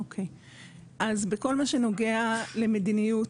בכל מה שנוגע למדיניות,